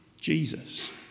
Jesus